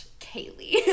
Kaylee